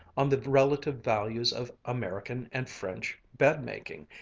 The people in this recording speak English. on the relative values of american and french bed-making,